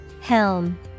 Helm